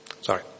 Sorry